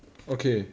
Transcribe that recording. okay